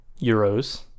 Euros